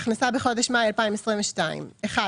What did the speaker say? "הכנסה בחודש מאי 2022" רגע,